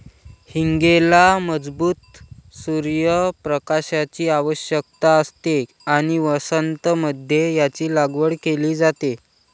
हींगेला मजबूत सूर्य प्रकाशाची आवश्यकता असते आणि वसंत मध्ये याची लागवड केली जाते